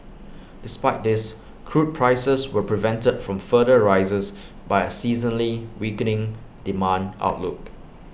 despite this crude prices were prevented from further rises by A seasonally weakening demand outlook